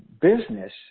business